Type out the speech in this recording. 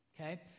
okay